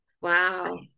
Wow